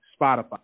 Spotify